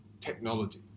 technology